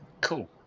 cool